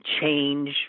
change